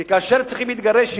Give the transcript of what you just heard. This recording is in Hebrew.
כי כאשר צריכים להתגרש,